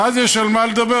ואז יש על מה לדבר.